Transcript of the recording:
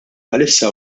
bħalissa